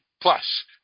Plus